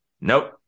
Nope